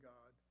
God